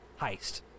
heist